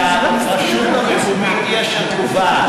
זה פשוט, שקובעת.